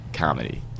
Comedy